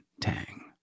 tang